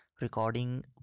recording